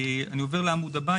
אני עובר לעמוד הבא,